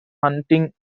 hunting